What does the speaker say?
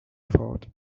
thought